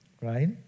right